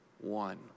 one